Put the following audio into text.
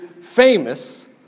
famous